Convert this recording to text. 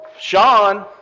Sean